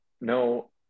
no